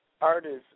artists